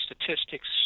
statistics